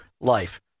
life